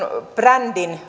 brändi